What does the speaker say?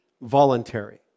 voluntary